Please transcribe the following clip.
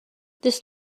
this